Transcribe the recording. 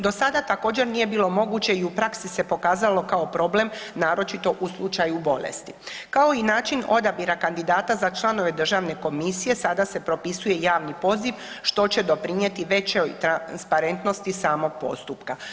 Do sada također nije bilo moguće i u praksi se pokazalo kao problem, naročito u slučaju bolesti, kao i način odabira kandidata za članove državne komisije sada se propisuje javni poziv što će doprinijeti većoj transparentnosti samog postupka.